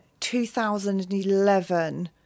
2011